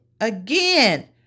again